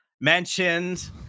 mentioned